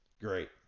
great